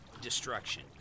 destruction